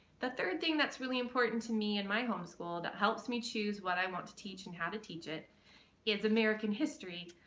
the third thing that's really important to me in my home school that helps me choose what i want to teach and how to teach it is american history.